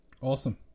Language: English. awesome